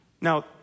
Now